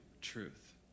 truth